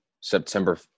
September